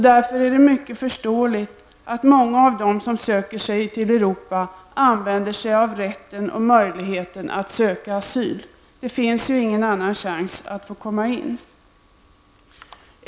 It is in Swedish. Därför är det verkligen förståeligt att många av dem som söker sig till Europa utnyttjar rätten och möjligheten att söka asyl. Det finns ingen annan chans att komma in i ett land.